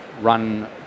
run